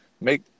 Make